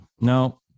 No